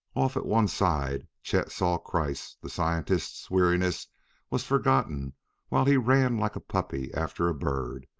off at one side, chet saw kreiss the scientist's weariness was forgotten while he ran like a puppy after a bird,